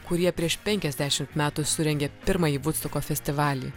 kurie prieš penkiasdešimt metų surengė pirmąjį vudstoko festivalį